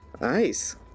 Nice